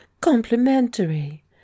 COMPLIMENTARY